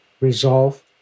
resolve